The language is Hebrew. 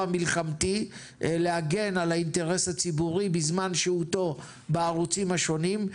מלחמתי להגן על האינטרס הציבורי בזמן שהותו בערוצים השונים.